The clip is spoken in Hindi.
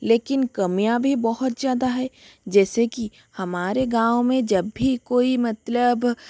लेकिन कमियां भी बहुत ज़्यादा है जैसे कि हमारे गाँव में जब भी कोई मतलब